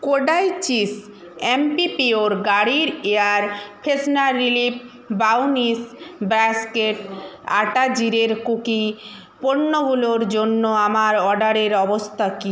Kodai cheese অ্যাম্পিবিওর গাড়ির air freshener relief brownies basket আটা জিরের কুকি পণ্যগুলোর জন্য আমার অর্ডারের অবস্থা কী